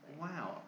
Wow